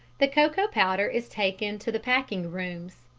the cocoa powder is taken to the packing rooms.